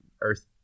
earth